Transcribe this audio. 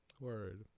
word